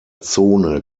zone